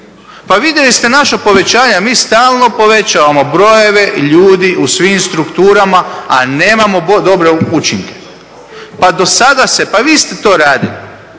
Pa vidjeli ste naša povećanja, mi stalno povećavamo brojeve ljudi u svim strukturama a nemamo dobre učinke. Pa do sada, vi ste to radili,